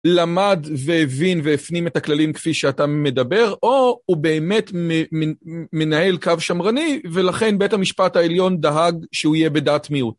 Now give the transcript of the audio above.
למד והבין והפנים את הכללים כפי שאתה מדבר, או הוא באמת מנהל קו שמרני, ולכן בית המשפט העליון דאג שהוא יהיה בדעת מיעוט.